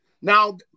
Now